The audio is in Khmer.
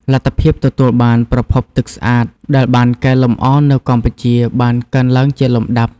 លទ្ធភាពទទួលបានប្រភពទឹកស្អាតដែលបានកែលម្អនៅកម្ពុជាបានកើនឡើងជាលំដាប់។